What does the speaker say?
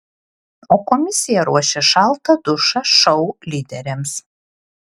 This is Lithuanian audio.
o komisija ruošia šaltą dušą šou lyderiams